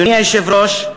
אדוני היושב-ראש,